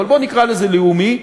אבל בוא נקרא לזה לאומי,